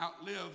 outlive